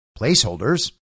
placeholders